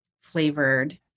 flavored